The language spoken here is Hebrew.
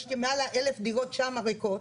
יש מעל 1,000 דירות שם ריקות.